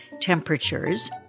temperatures